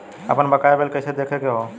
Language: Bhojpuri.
आपन बकाया बिल कइसे देखे के हौ?